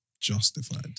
justified